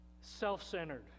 self-centered